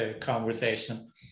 conversation